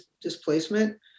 displacement